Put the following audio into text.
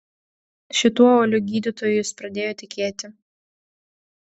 šituo uoliu gydytoju jis pradėjo tikėti